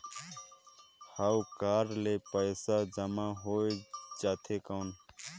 हव कारड ले पइसा जमा हो जाथे कौन?